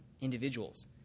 individuals